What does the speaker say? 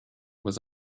was